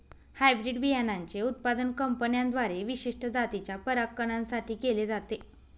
hybrid बियाणांचे उत्पादन कंपन्यांद्वारे विशिष्ट जातीच्या परागकणां साठी केले जाते